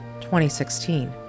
2016